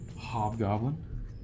hobgoblin